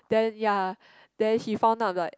then ya then he found out like